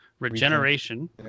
regeneration